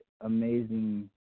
amazing